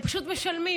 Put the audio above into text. משלמים